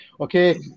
okay